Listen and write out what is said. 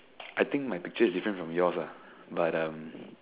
I think my picture is different from yours ah but um